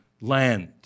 land